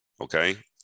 okay